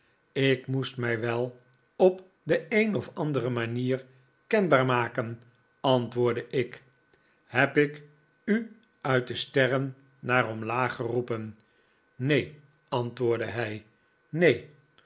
ik moest mij wel op de een of andere manier kenbaar maken antwbordde ik heb ik u uit de sterren naar omlaag geroepen neen antwoordde hij neen